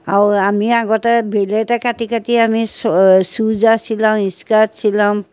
আৰু আমি আগতে ব্লেডে কাটি কাটি আমি চুইদাৰ চিলাওঁ স্কাৰ্ট চিলাওঁ